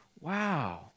Wow